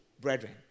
brethren